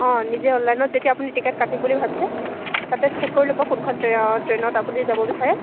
অঁ নিজে অনলাইনত যেতিয়া আপুনি টিকেট কাটিম বুলি ভাবিছে তাতে চেক কৰি ল'ব কোনখন টে ট্ৰেইনত আপুনি যাব বিচাৰে